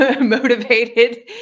motivated